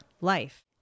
life